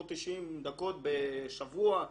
עוד 90 דקות בשבוע.